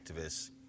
activists